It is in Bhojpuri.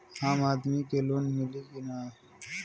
आम आदमी के लोन मिली कि ना?